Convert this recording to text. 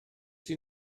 sydd